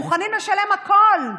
הם מוכנים לשלם הכול.